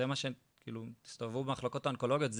תסתובבו במחלקות האונקולוגיות,